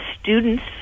students